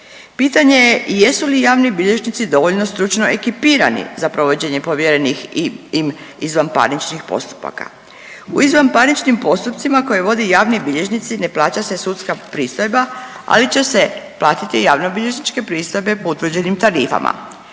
Pitanje je i jesu li javni bilježnici dovoljno stručno ekipirani za provođenje povjerenih im izvanparničnih postupaka. U izvanparničnim postupcima koje vode javni bilježnici ne plaća se sudska pristojba, ali će se platiti javnobilježničke pristojbe po utvrđenim tarifama.